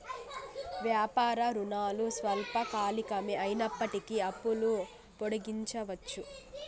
వ్యాపార రుణాలు స్వల్పకాలికమే అయినప్పటికీ అప్పులు పొడిగించవచ్చు